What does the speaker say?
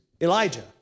Elijah